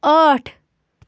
ٲٹھ